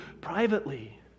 privately